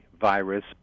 virus